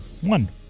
One